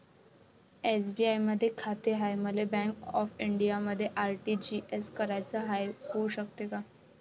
SBI मधी खाते हाय, मले बँक ऑफ इंडियामध्ये आर.टी.जी.एस कराच हाय, होऊ शकते का?